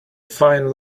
fine